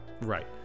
right